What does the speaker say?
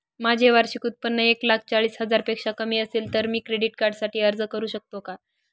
माझे वार्षिक उत्त्पन्न एक लाख चाळीस हजार पेक्षा कमी असेल तर मी क्रेडिट कार्डसाठी अर्ज करु शकतो का?